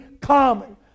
common